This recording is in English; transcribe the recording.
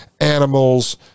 animals